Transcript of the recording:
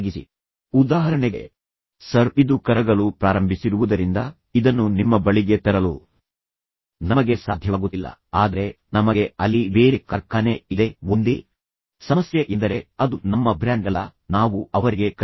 ಆದ್ದರಿಂದ ನೀವು ಹೇಳಬಹುದು ಉದಾಹರಣೆಗೆ ಸರ್ ಇದು ಕರಗಲು ಪ್ರಾರಂಭಿಸಿರುವುದರಿಂದ ಇದನ್ನು ನಿಮ್ಮ ಬಳಿಗೆ ತರಲು ನಮಗೆ ಸಾಧ್ಯವಾಗುತ್ತಿಲ್ಲ ಆದರೆ ನಮಗೆ ಅಲ್ಲಿ ಬೇರೆ ಕಾರ್ಖಾನೆ ಇದೆ ಒಂದೇ ಸಮಸ್ಯೆ ಎಂದರೆ ಅದು ನಮ್ಮ ಬ್ರ್ಯಾಂಡ್ ಅಲ್ಲ ಆದರೆ ನಂತರ ಬ್ರ್ಯಾಂಡ್ ಅಷ್ಟೇ ಒಳ್ಳೆಯದು